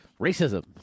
Racism